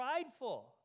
prideful